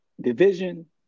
division